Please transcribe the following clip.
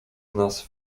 nas